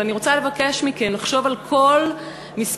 אבל אני רוצה לבקש מכם לחשוב על כל מספר